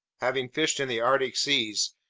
having fished in the arctic seas,